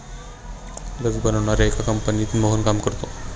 लस बनवणाऱ्या एका कंपनीत मोहन काम करतो